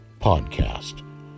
Podcast